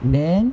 then